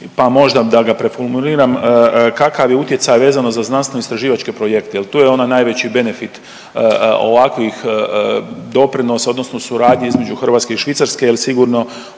pa možda da ga preformuliram. Kakav je utjecaj vezano za znanstveno-istraživačke projekte, jer tu je onaj najveći benefit ovakvih doprinosa odnosno suradnje između Hrvatske i Švicarske jer sigurno